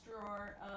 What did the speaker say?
drawer